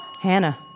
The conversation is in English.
Hannah